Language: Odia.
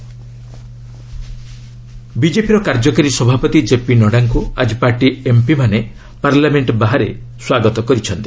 ବିଜେପି ନଡ୍ରା ବିଜେପିର କାର୍ଯ୍ୟକାରୀ ସଭାପତି ଜେପି ନଡ୍ଡାଙ୍କୁ ଆଜି ପାର୍ଟି ଏମ୍ପିମାନେ ପାର୍ଲାମେଣ୍ଟ ବାହାରେ ସ୍ୱାଗତ କରିଛନ୍ତି